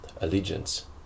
allegiance